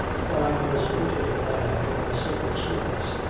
fyne was a good little man in the civil service.